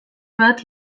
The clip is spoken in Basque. bat